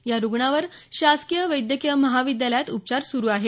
या रुग्णावर शासकीय वैद्यकीय महाविद्यालयात उपचार सुरु आहेत